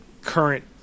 current